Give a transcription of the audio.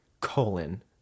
colon